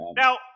Now